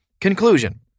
Conclusion